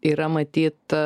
yra matyt